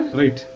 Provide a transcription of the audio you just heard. right